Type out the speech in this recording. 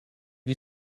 you